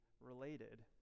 related